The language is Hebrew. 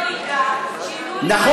או